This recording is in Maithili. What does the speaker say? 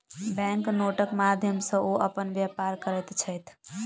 बैंक नोटक माध्यम सॅ ओ अपन व्यापार करैत छैथ